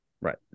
Right